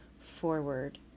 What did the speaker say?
forward